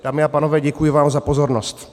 Dámy a pánové, děkuji vám za pozornost.